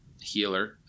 Healer